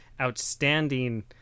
outstanding